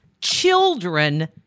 children